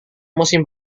musim